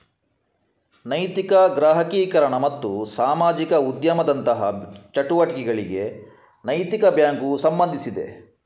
ನೈತಿಕ ಗ್ರಾಹಕೀಕರಣ ಮತ್ತು ಸಾಮಾಜಿಕ ಉದ್ಯಮದಂತಹ ಚಳುವಳಿಗಳಿಗೆ ನೈತಿಕ ಬ್ಯಾಂಕು ಸಂಬಂಧಿಸಿದೆ